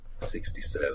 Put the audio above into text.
67